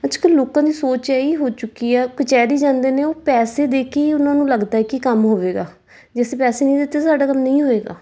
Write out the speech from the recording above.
ਅੱਜ ਕੱਲ੍ਹ ਲੋਕਾਂ ਦੀ ਸੋਚ ਇਹੀ ਹੋ ਚੁੱਕੀ ਆ ਕਚਹਿਰੀ ਜਾਂਦੇ ਨੇ ਉਹ ਪੈਸੇ ਦੇ ਕੇ ਈ ਉਹਨਾਂ ਨੂੰ ਲੱਗਦਾ ਕਿ ਕੰਮ ਹੋਵੇਗਾ ਜੇ ਅਸੀਂ ਪੈਸੇ ਨਹੀਂ ਦਿੱਤੇ ਸਾਡਾ ਕੰਮ ਨਹੀਂ ਹੋਏਗਾ